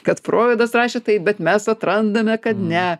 kad froidas rašė taip bet mes atrandame kad ne